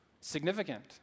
Significant